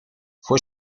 fue